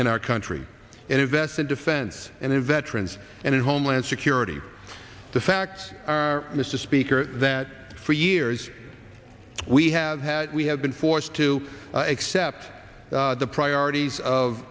in our country and invest in defense and in veterans and in homeland security the facts are mr speaker that for years we have we have been forced to accept the priorities of